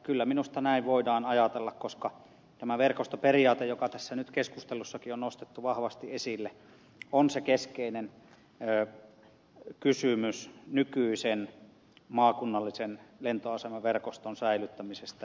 kyllä minusta näin voidaan ajatella koska tämä verkostoperiaate joka tässä nyt keskustelussakin on nostettu vahvasti esille on se keskeinen kysymys nykyisen maakunnallisen lentoasemaverkoston säilyttämisessä